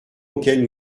auxquels